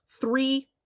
three